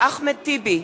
אחמד טיבי,